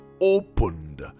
opened